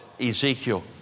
Ezekiel